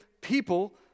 people